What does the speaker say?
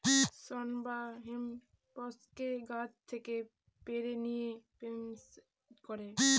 শন বা হেম্পকে গাছ থেকে পেড়ে নিয়ে প্রসেস করে